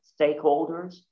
stakeholders